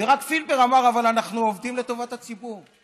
ורק פילבר אמר: אבל אנחנו עובדים לטובת הציבור.